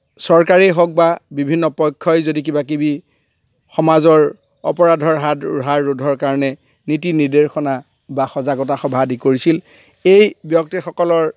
চৰকাৰেই হওক বা বিভিন্ন পক্ষই যদি কিবাকিবি সমাজৰ অপৰাধৰ হাত ৰহাৰ ৰোধৰ কাৰণে নীতি নিৰ্দেশনা বা সজাগতা সভা আদি কৰিছিল এই ব্যক্তিসকলৰ